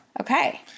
Okay